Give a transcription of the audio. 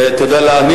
תודה לאדוני.